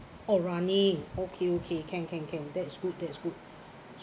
or running okay okay can can can that is good that is good